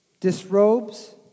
disrobes